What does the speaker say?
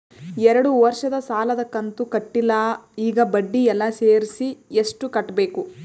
ಎರಡು ವರ್ಷದ ಸಾಲದ ಕಂತು ಕಟ್ಟಿಲ ಈಗ ಬಡ್ಡಿ ಎಲ್ಲಾ ಸೇರಿಸಿ ಎಷ್ಟ ಕಟ್ಟಬೇಕು?